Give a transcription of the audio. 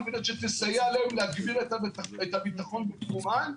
מנת שתסייע להן להגביר את הביטחון בתחומן,